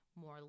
more